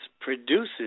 produces